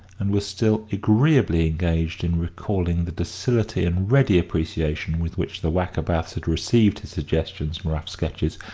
and was still agreeably engaged in recalling the docility and ready appreciation with which the wackerbaths had received his suggestions and rough sketches,